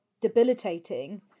debilitating